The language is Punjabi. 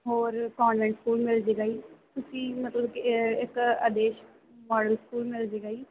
ਹੋਰ ਕੋਂਨਵੈਂਟ ਸਕੂਲ ਮਿਲ ਜਾਵੇਗਾ ਜੀ ਤੁਸੀਂ ਮਤਲਬ ਕਿ ਇੱਕ ਆਦੇਸ਼ ਮਾਡਲ ਸਕੂਲ ਮਿਲ ਜਾਵੇਗਾ ਜੀ